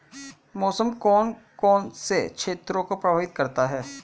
मौसम कौन कौन से क्षेत्रों को प्रभावित करता है?